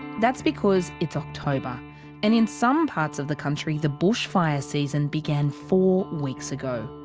that's because it's october and in some parts of the country, the bushfire season began four weeks ago,